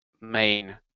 main